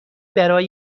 برای